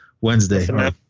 Wednesday